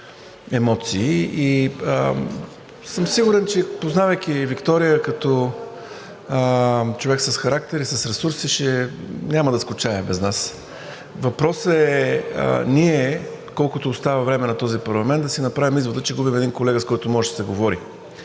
емоции. И съм сигурен, познавайки Виктория като човек с характер и с ресурси, че няма да скучае без нас. Въпросът е ние, колкото остава време на този парламент, да си направим извода, че губим един колега, с когото може да се говори,